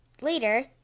later